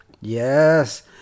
Yes